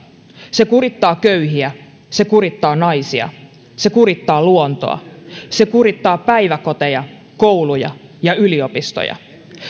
se kurittaa köyhiä se kurittaa naisia se kurittaa luontoa se kurittaa päiväkoteja kouluja ja yliopistoja